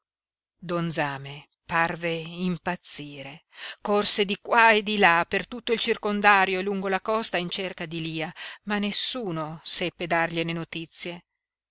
don zame parve impazzire corse di qua e di là per tutto il circondario e lungo la costa in cerca di lia ma nessuno seppe dargliene notizie